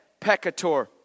peccator